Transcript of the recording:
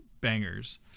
bangers